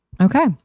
Okay